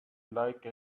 like